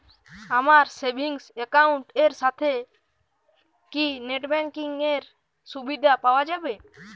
আমার savings account এর সাথে কি নেটব্যাঙ্কিং এর সুবিধা পাওয়া যাবে?